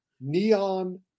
neon